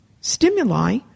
stimuli